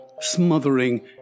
smothering